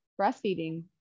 breastfeeding